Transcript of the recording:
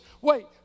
Wait